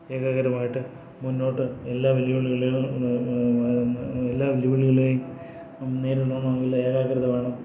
ഏകാഗ്രമായിട്ട് മുന്നോട്ട് എല്ലാ വെല്ലുവിളി വെല്ലിവിളികളും എല്ലാ വെല്ലുവിളികളെയും നേരിടണമെങ്കിൽ ഏകാഗ്രത വേണം